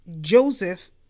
Joseph